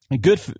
Good